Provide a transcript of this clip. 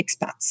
expats